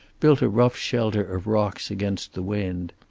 built a rough shelter of rocks against the wind.